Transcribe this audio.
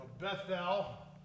Bethel